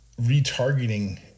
retargeting